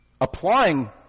applying